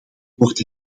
wordt